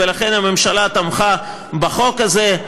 ולכן הממשלה תמכה בחוק הזה,